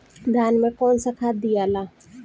धान मे कौन सा खाद दियाला?